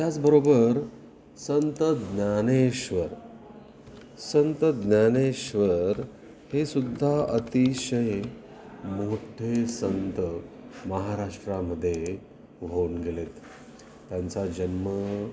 त्याचबरोबर संत ज्ञानेश्वर संत ज्ञानेश्वर हे सुद्धा अतिशय मोठ्ठे संत महाराष्ट्रामध्ये होऊन गेलेत त्यांचा जन्म